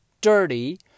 dirty